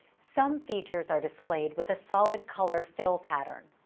some features are displayed with a solid color fill pattern.